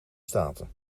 staten